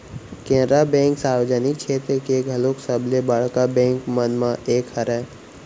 Canara bank सार्वजनिक छेत्र के घलोक सबले बड़का बेंक मन म एक हरय